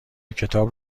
کتاب